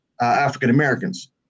African-Americans